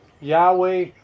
Yahweh